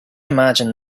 imagine